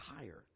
higher